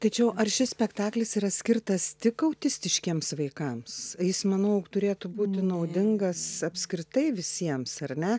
tačiau ar šis spektaklis yra skirtas tik autistiškiems vaikams jis manau turėtų būti naudingas apskritai visiems ar ne